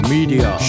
Media